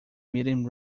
meeting